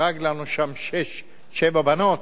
הרג לנו שם שש, שבע בנות,